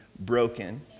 broken